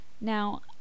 now